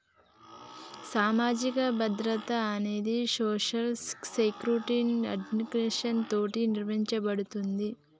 సామాజిక భద్రత అనేది సోషల్ సెక్యురిటి అడ్మినిస్ట్రేషన్ తోటి నిర్వహించబడుతుంది